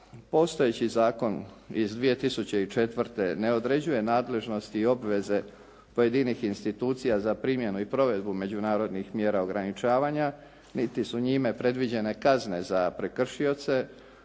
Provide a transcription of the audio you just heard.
postojeći zakon iz 2004. ne određuje nadležnosti i obveze pojedinih institucija za primjenu i provedbu međunarodnih mjera ograničavanja niti su njime predviđene kazne za prekršioce